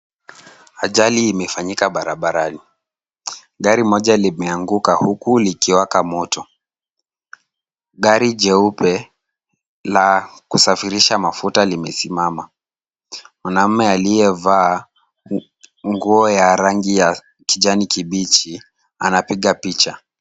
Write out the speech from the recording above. Ajali imefanyika barabarani. Gari moja limeanguka huku likiwaka moto. Gari jeupe la kusafirisha mafuta limesimama. Mwanaume aliyevaa nguo ya rangi ya kijani kibichi anapiga picha.